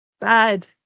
bad